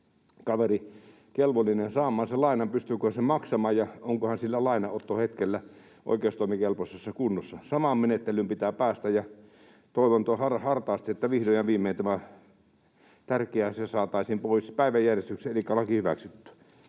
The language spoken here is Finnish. kaveri kelvollinen saamaan sen lainan, pystyykö sen maksamaan ja onko hän sillä lainanottohetkellä oikeustoimikelpoisessa kunnossa. Samaan menettelyyn pitää tässä päästä. Toivon hartaasti, että vihdoin ja viimein tämä tärkeä asia saataisiin pois päiväjärjestyksestä elikkä laki hyväksyttyä.